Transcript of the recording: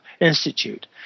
Institute